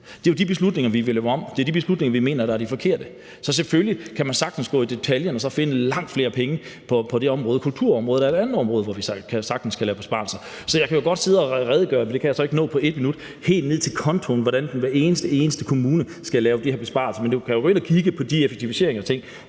Det er jo de beslutninger, vi vil lave om, og det er de beslutninger, vi mener er de forkerte. Så selvfølgelig kan man sagtens gå i detaljen og så finde langt flere penge på det område. Kulturområdet er et andet område, hvor vi sagtens kan lave besparelser. Så jeg kan jo godt sidde og redegøre – men det kan jeg så ikke nå på 1 minut – helt ned på kontoniveau, hvordan hver eneste kommune skal lave de her besparelser. Men du kan jo gå ind at kigge på de effektiviseringer og se,